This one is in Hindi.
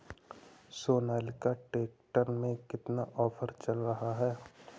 सोनालिका ट्रैक्टर में कितना ऑफर चल रहा है?